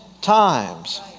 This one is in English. times